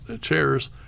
chairs